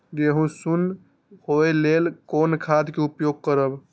गेहूँ सुन होय लेल कोन खाद के उपयोग करब?